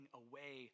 away